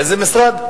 איזה משרד?